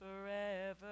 forever